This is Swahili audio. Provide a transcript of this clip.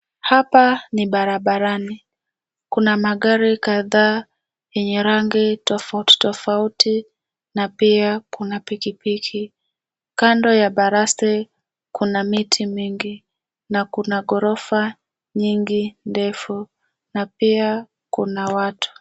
Hapa ni barabarani. Kuna magari kadhaa yenye rangi tofauti tofauti na pia kuna pikipiki. Kando ya baraste kuna miti mingi na kuna ghorofa nyingi ndefu na pia kuna watu.